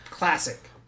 Classic